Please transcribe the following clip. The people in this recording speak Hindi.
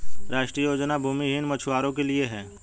राष्ट्रीय योजना भूमिहीन मछुवारो के लिए है